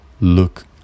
look